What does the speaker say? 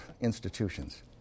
institutions